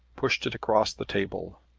pushed it across the table.